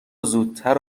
زودتر